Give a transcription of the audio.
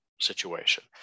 situation